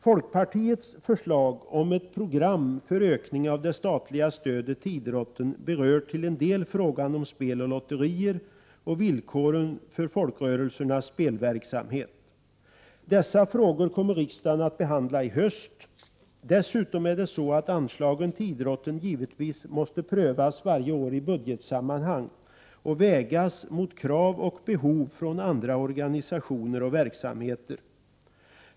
Folkpartiets förslag om ett program för ökning av det statliga stödet till idrotten berör till en del frågan om spel och lotterier och villkoren för folkrörelsernas spelverksamhet. Dessa frågor kommer riksdagen att behandla i höst. Dessutom är det så att anslagen till idrotten givetvis måste prövas varje år i budgetsammanhang och vägas mot krav och behov från andra organisationer och verksamheter.